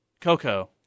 Coco